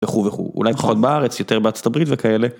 וכו וכו, אולי פחות בארץ, יותר בארה״ב וכאלה.